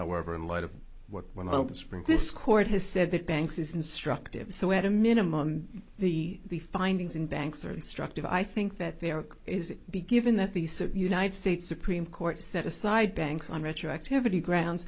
however in light of what we're about to spring this court has said that banks is instructive so at a minimum the the findings in banks are instructive i think that there is be given that these united states supreme court set aside banks on retroactivity grounds